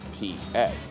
PA